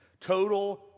Total